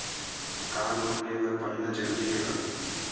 का लोन ले बर पढ़ना जरूरी हे का?